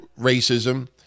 racism